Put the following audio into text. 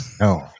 No